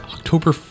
October